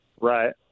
Right